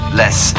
less